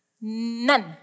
none